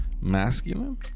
masculine